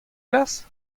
glas